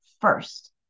first